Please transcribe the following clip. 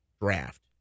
draft